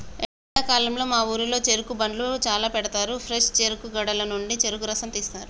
ఎండాకాలంలో మా ఊరిలో చెరుకు బండ్లు చాల పెడతారు ఫ్రెష్ చెరుకు గడల నుండి చెరుకు రసం తీస్తారు